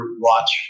watch